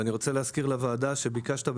אני רוצה להזכיר לוועדה שביקשת,